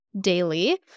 daily